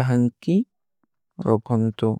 ଢଂକୀ ରଖନତୁ।